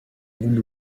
iyo